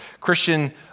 Christian